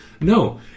No